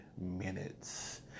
minutes